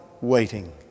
waiting